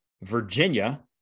Virginia